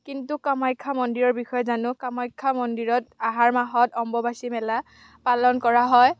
কিন্তু কামাখ্যা মন্দিৰৰ বিষয়ে জানো কামাখ্যা মন্দিৰত আহাৰ মাহত অম্বুবাচী মেলা পালন কৰা হয়